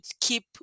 keep